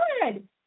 Good